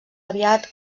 aviat